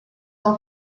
del